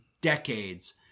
decades